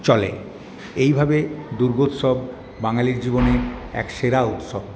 চলে এইভাবে দুর্গোৎসব বাঙালির জীবনে এক সেরা উৎসব